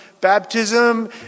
baptism